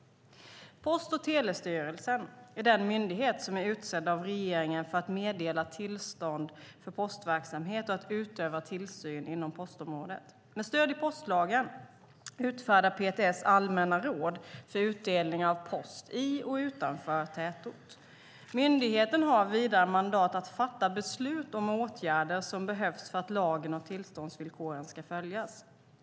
Post och telestyrelsen, PTS, är den myndighet som är utsedd av regeringen för att meddela tillstånd för postverksamhet och att utöva tillsyn inom postområdet. Med stöd i postlagen utfärdar PTS allmänna råd för utdelning av post i och utanför tätort. Myndigheten har vidare mandat att fatta beslut om åtgärder som behövs för att lagen och tillståndsvillkoren ska följas.